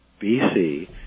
BC